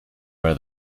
where